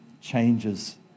changes